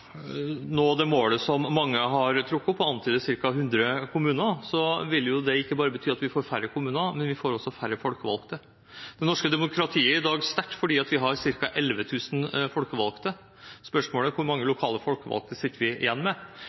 nå det målet som mange har trukket opp – man har antydet ca. 100 kommuner – vil det bety at vi ikke bare får færre kommuner, men vi vil også få færre folkevalgte. Det norske demokratiet er i dag sterkt fordi vi har ca. 11 000 folkevalgte. Spørsmålet er hvor mange lokale folkevalgte vi blir sittende igjen med.